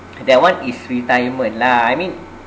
that one is retirement lah I mean